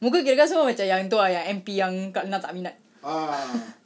muka kirakan semua macam yang itu ah M_P yang kak inah tak minat